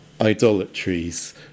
idolatries